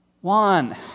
One